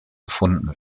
gefunden